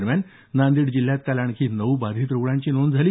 दरम्यान नांदेड जिल्ह्यात काल आणखी नऊ बाधित रुग्णांची नोंद झाली